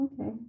Okay